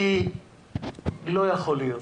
כי לא יכול להיות,